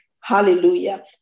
Hallelujah